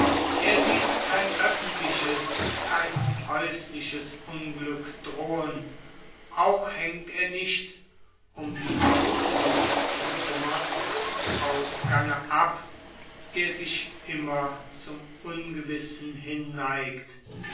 er sieht kein öffentliches kein häusliches unglück drohen auch hängt er nicht um die zukunft bekümmert vom ausgange ab der sich immer zum ungewissen